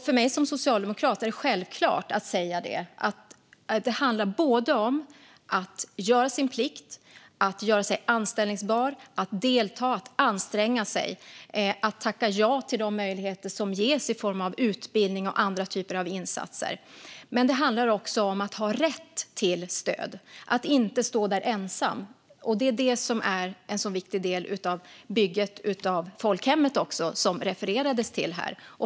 För mig som socialdemokrat är det självklart att säga detta: Det handlar om att göra sin plikt, att göra sig anställbar, att delta, att anstränga sig och att tacka ja till de möjligheter som ges i form av utbildning och andra typer av insatser. Men det handlar också om att ha rätt till stöd - att inte stå där ensam. Det är det som också är en så viktig del av bygget av folkhemmet, som det refererades till här.